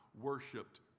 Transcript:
worshipped